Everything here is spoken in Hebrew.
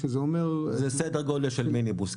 זה סדר גודל של מיניבוס.